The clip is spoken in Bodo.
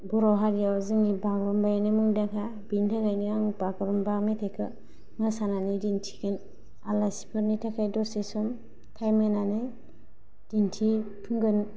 बर' हारिआव जोंनि बागुरुम्बायानो मुंदांखा बेनिथाखायनो आं बागुरुम्बा मेथाइखौ मोसानानै दिन्थिगोन आलासिफोरनि थाखाय दसे सम टाइम होनानै दिन्थिफिंगोन